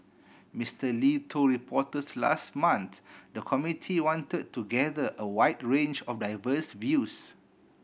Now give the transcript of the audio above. Mister Lee told reporters last month the committee wanted to gather a wide range of diverse views